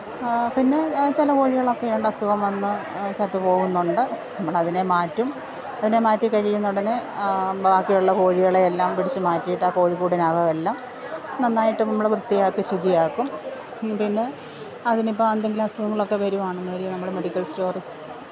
പിന്നെ ചില കോഴികളൊക്കെ ഉണ്ട് അസുഖം വന്ന് ചത്ത് പോകുന്നുണ്ട് നമ്മൾ അതിനെ മാറ്റും അതിനെ മാറ്റിക്കഴിയുന്ന ഉടനെ ബാക്കിയുള്ള കോഴികളെ എല്ലാം പിടിച്ച് മാറ്റിയിട്ട് ആ കോഴിക്കൂടിനകം എല്ലാം നന്നായിട്ട് നമ്മൾ വൃത്തിയാക്കി ശുചിയാക്കും പിന്നെ അതിനിപ്പം എന്തെങ്കിലും അസുഖങ്ങൾ ഒക്കെ വരുവാണെങ്കിൽ നമ്മൾ മെഡിക്കൽ സ്റ്റോർ